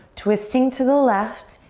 twisting to the left,